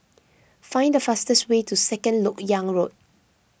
find the fastest way to Second Lok Yang Road